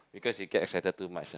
because you get excited too much